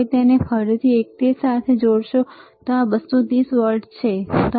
હવે તે તેને ફરીથી તે જ સાથે જોડશે આ 230 વોલ્ટ છે બરાબર